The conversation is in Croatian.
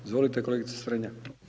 Izvolite kolegice Strenja.